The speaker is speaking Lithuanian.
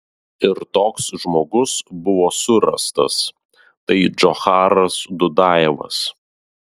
ir toks žmogus buvo surastas tai džocharas dudajevas